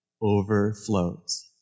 overflows